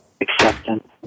acceptance